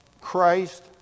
Christ